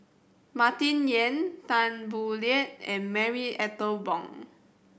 Martin Yan Tan Boo Liat and Marie Ethel Bong